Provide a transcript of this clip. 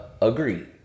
agree